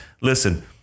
Listen